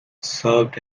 served